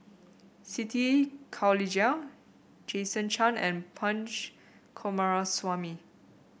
Siti Khalijah Jason Chan and Punch Coomaraswamy